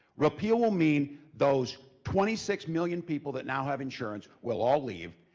repeal will mean those twenty six million people that now have insurance will all leave.